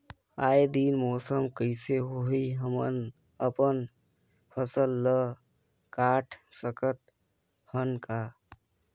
आय दिन मौसम कइसे होही, हमन अपन फसल ल काट सकत हन का?